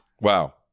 Wow